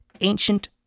ancient